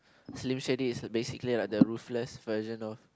slim shady is basically like the roofless version of